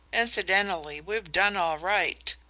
incidentally, we've done all right.